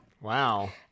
wow